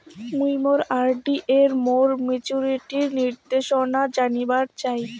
মুই মোর আর.ডি এর মোর মেচুরিটির নির্দেশনা জানিবার চাই